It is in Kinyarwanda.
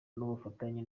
n’ubufatanye